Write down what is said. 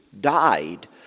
died